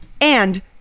and-